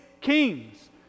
kings